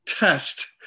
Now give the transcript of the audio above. test